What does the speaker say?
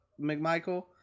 mcmichael